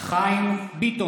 מתחייבת אני חיים ביטון,